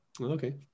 Okay